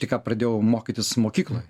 tik ką pradėjau mokytis mokykloj